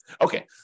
Okay